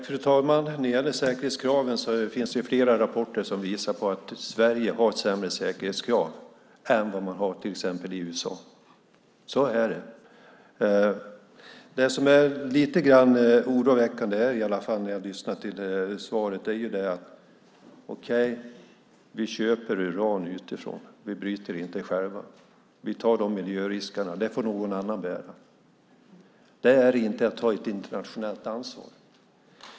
Fru talman! När det gäller säkerhetskraven finns det flera rapporter som visar att Sverige har sämre säkerhetskrav än vad man har till exempel i USA. Så är det. Det som är lite oroväckande när jag lyssnar till svaret är det här: Okej, vi köper uran utifrån. Vi bryter inte själva. Vi tar de miljöriskerna - det får någon annan bära. Det är inte att ta ett internationellt ansvar.